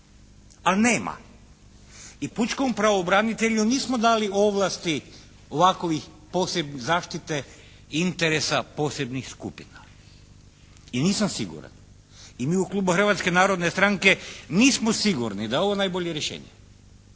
a nema. I pučkom pravobranitelju nismo dali ovlasti ovakovih posebne zaštite interesa posebnih skupina i nisam siguran i mi u Klubu Hrvatske narodne stranke nismo sigurni da je ovo najbolje rješenje,